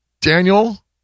Daniel